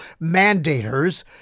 mandators